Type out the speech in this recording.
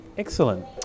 Excellent